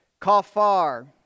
Kafar